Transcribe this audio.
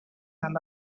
and